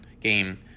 game